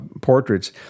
portraits